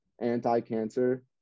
anti-cancer